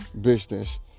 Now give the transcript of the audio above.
business